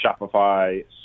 Shopify